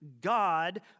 God